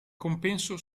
compenso